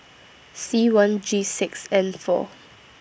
C one G six N four